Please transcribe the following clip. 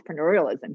entrepreneurialism